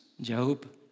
Job